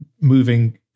moving